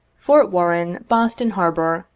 fort warren, boston harbor,